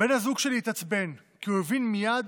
בן הזוג שלי התעצבן, כי הוא הבין מייד